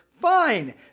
Fine